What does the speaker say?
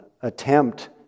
attempt